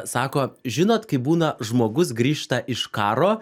sako žinot kaip būna žmogus grįžta iš karo